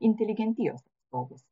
inteligentijos atstovus